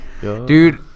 dude